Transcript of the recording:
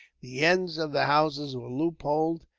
the ends of the houses were loopholed,